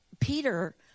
Peter